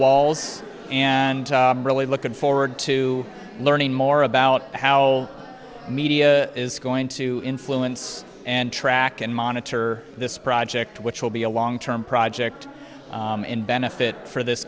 walls and really looking forward to learning more about how the media is going to influence and track and monitor this project which will be a long term project in benefit for this